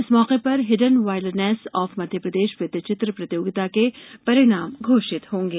इस मौके पर हिडन वाइल्डरनेस आफ मध्यप्रदेश वृत्त चित्र प्रतियोगिता के परिणाम घोषित होंगे